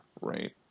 right